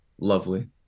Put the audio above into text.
lovely